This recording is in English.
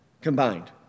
combined